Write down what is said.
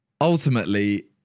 ultimately